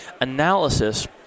analysis